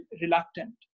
reluctant